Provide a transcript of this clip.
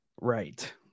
right